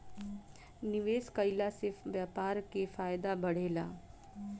निवेश कईला से व्यापार के फायदा बढ़ेला